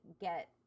get